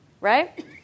Right